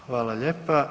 Hvala lijepa.